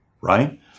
Right